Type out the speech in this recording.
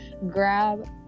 grab